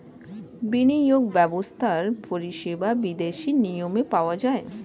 বিনিয়োগ ব্যবস্থার পরিষেবা বিদেশি নিয়মে পাওয়া যায়